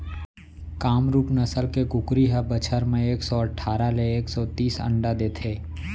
कामरूप नसल के कुकरी ह बछर म एक सौ अठारा ले एक सौ तीस अंडा देथे